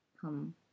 come